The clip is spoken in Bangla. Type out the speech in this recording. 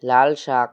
লাল শাক